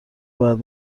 باید